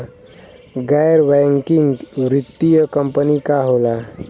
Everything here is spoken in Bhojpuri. गैर बैकिंग वित्तीय कंपनी का होला?